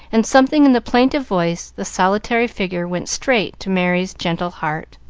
and something in the plaintive voice, the solitary figure, went straight to merry's gentle heart.